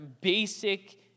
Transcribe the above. basic